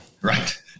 Right